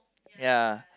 ya